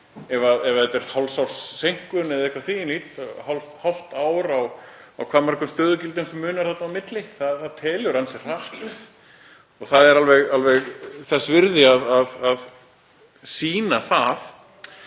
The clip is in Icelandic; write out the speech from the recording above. Ef það er hálfs árs seinkun eða eitthvað því um líkt, hálft ár á hversu mörgum stöðugildum sem munar þarna á milli, það telur ansi hratt. Það er alveg þess virði að sýna það.